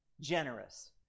generous